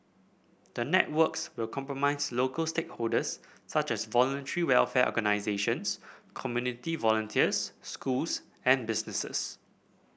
the networks will comprise local stakeholders such as Voluntary Welfare Organisations community volunteers schools and businesses